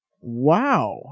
Wow